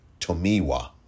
Tomiwa